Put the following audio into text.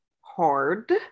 hard